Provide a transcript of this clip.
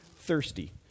thirsty